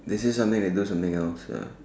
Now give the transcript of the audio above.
they say something they do something else